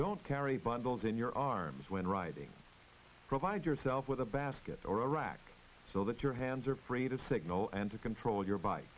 don't carry bundles in your arms when riding provide yourself with a basket or a rack so that your hands are free to signal and to control your bike